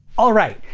alright.